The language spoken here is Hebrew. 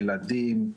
ילדים,